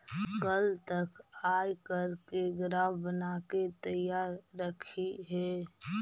कल तक आयकर के ग्राफ बनाके तैयार रखिहें